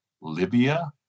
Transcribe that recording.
Libya